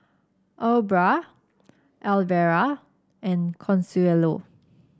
Aubra Alvera and Consuelo